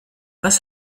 was